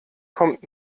kommt